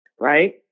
right